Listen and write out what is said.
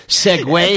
segue